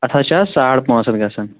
اتھ حظ چھِ اَز ساڑ پأنٛژ ہتھ گَژھان